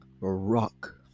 rock